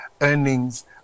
earnings